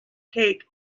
cake